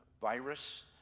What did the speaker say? virus